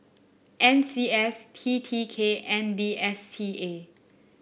N C S T T K and D S T A